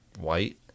white